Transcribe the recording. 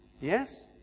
Yes